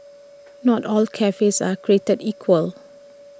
not all cafes are created equal